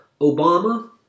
Obama